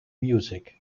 music